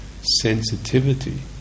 sensitivity